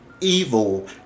evil